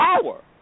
power